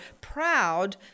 proud